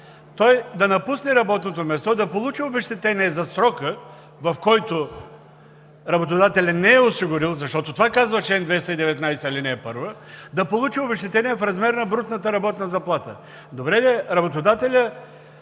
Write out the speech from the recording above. той да напусне работното място, да получи обезщетение за срока, в който работодателят не е осигурил, защото това казва чл. 219, ал. 1 – да получи обезщетение в размер на брутната работна заплата. Добре де, работодателят